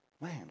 Man